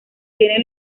tiene